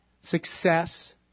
success